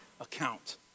account